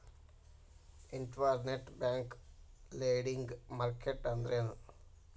Internet bank lending market ಅಂದ್ರೇನು?